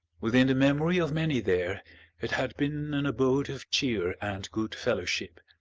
within the memory of many there it had been an abode of cheer and good fellowship.